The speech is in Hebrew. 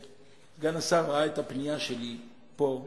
וסגן השר ראה את הפנייה שלי פה,